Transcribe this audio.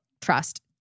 trust